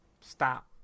stop